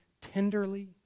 tenderly